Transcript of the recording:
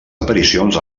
aparicions